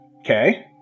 okay